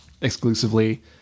exclusively